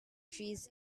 trees